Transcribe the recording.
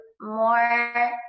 more